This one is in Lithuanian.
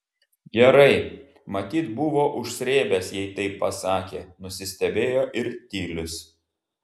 gerai matyt buvo užsrėbęs jei taip pasakė nusistebėjo ir tilius